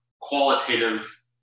qualitative